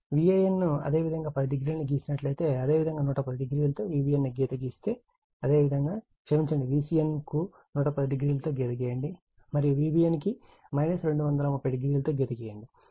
కాబట్టి Van అదేవిధంగా 10o ను గీసినట్లయితే అదేవిధంగా 110o తో Vbn గీత గీస్తే అదేవిధంగా క్షమించండి Vcn కు 110o లతో గీత గీయండి మరియు Vbn కు 230o లతో గీత గీయండి